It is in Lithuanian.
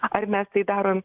ar mes tai darom